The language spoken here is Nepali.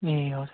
ए हजुर